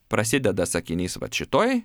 prasideda sakinys vat šitoj